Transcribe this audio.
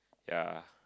ya